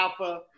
Alpha